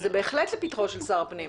זה בהחלט לפתחו של שר הפנים.